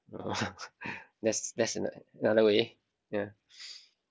that's that's another way yeah